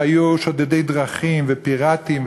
שהיו שודדי דרכים ופיראטים,